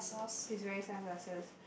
he's wearing sun glasses